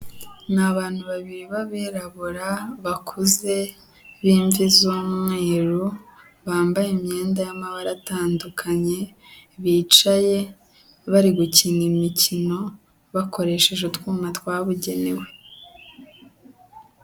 Ni abantu babiri b'abirabura bakuze, b'imvi z'umweru, bambaye imyenda y'amabara atandukanye, bicaye bari gukina imikino, bakoresheje utwuma twabugenewe.